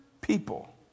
people